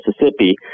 Mississippi